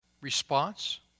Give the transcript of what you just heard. Response